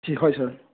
হয় ছাৰ